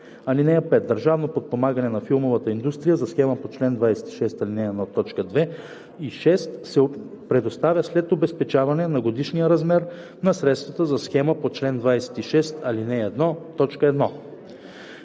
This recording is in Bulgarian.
филма. (5) Държавно подпомагане на филмовата индустрия за схема по чл. 26, ал. 1, т. 2 и 6 се предоставя след обезпечаване на годишния размер на средствата за схема по чл. 26, ал. 1,